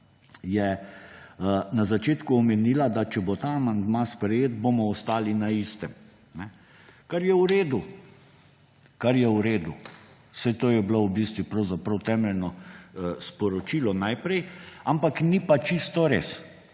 je na začetku omenila, da če bo ta amandma sprejet, bomo ostali na istem. Kar je v redu. Kar je v redu, saj to je bilo pravzaprav temeljno sporočilo najprej, ampak ni pa čisto res.